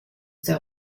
der